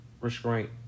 restraint